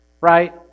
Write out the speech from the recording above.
Right